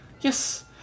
Yes